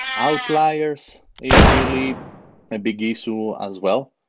outliers is really a big issue as well.